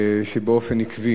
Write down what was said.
שבאופן עקבי